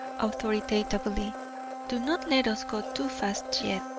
authoritatively do not let us go too fast yet.